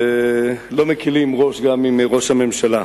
ולא מקלים ראש גם עם ראש הממשלה.